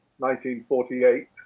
1948